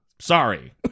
Sorry